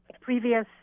previous